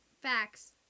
Facts